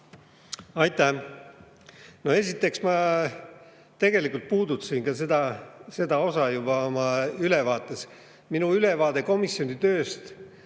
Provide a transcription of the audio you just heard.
Aitäh! Esiteks, ma tegelikult puudutasin ka seda oma ülevaates. Minu ülevaade komisjoni tööst